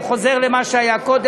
הוא חוזר למה שהיה קודם.